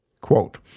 quote